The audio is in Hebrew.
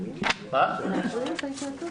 מאשרים את ההתייעצות?